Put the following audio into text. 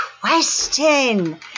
question